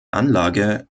anlage